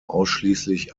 ausschließlich